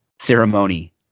ceremony